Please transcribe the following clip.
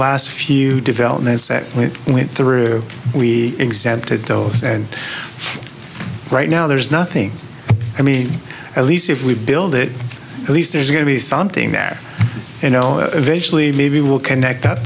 last few developments that we went through we exempted dos and right now there's nothing i mean at least if we build it at least there's going to be something that you know eventually maybe will connect up